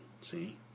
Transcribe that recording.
see